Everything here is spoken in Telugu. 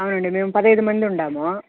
అవునండి మేము పదిహేను మంది ఉన్నాము